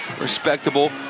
respectable